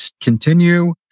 continue